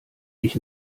dich